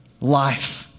Life